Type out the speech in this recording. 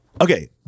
Okay